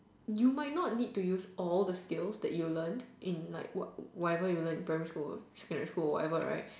you might not need to use all the skills that you learnt in like what whatever you learnt primary school secondary school whatever right